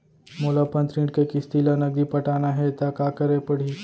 मोला अपन ऋण के किसती ला नगदी पटाना हे ता का करे पड़ही?